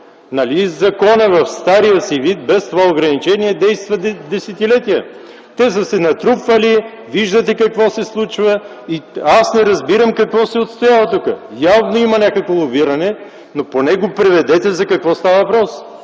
Нали законът в стария си вид без това ограничение действа десетилетия? Те са се натрупвали. Виждате какво се случва. Не разбирам какво се отстоява тук. Явно има някакво лобиране, но поне го преведете за какво става въпрос.